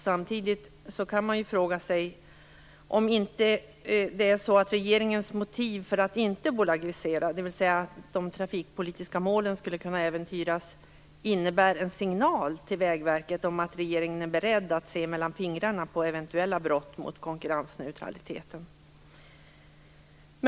Samtidigt kan man fråga sig om inte regeringens motiv för att inte bolagisera, dvs. att de trafikpolitiska målen skulle kunna äventyras, innebär en signal till Vägverket om att regeringen är beredd att se mellan fingrarna på eventuella brott mot konkurrensneutraliteten.